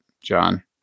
John